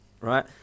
Right